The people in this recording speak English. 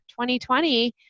2020